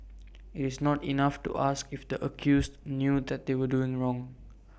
IT is not enough to ask if the accused knew that they were doing wrong